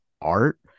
art